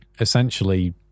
essentially